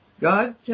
God